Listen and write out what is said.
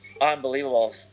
unbelievable